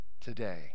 today